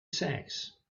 sacks